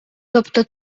тобто